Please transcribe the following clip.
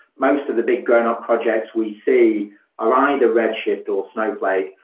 most of the big grownup projects we see are either red shift or snowflake.